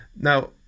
Now